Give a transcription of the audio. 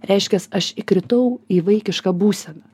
reiškias aš įkritau į vaikišką būseną